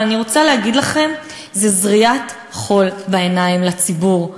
אבל אני רוצה להגיד לכם: זו זריית חול בעיניים של הציבור.